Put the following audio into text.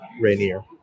rainier